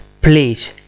please